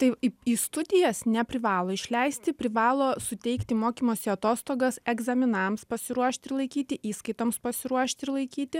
tai į į studijas neprivalo išleisti privalo suteikti mokymosi atostogas egzaminams pasiruošti ir laikyti įskaitoms pasiruošti ir laikyti